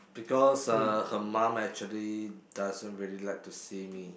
because uh her mum actually doesn't really like to see me